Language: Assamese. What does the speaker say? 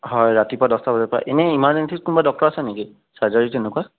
হয় ৰাতিপুৱা দহটা বজাৰ পৰা এনেই ইমাৰজেন্সীত কোনোবা ডক্টৰ আছে নেকি চাৰ্জাৰীৰ তেনেকুৱা